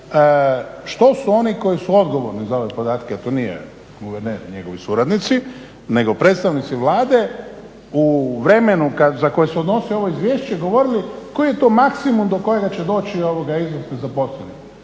što su oni koji su odgovorni za ove podatke a to nije guverner i njegovi suradnici, nego predstavnici Vlade u vremenu za koje se odnosi ovo izvješće govorili koji je to maksimum do kojega će doći iznos nezaposlenih.